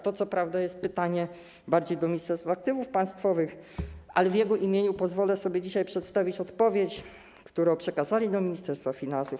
To co prawda jest pytanie bardziej do Ministerstwa Aktywów Państwowych, ale w jego imieniu pozwolę sobie dzisiaj przedstawić odpowiedź, którą przekazali do Ministerstwa Finansów.